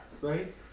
right